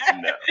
no